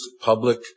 public